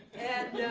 and,